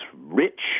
rich